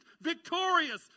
victorious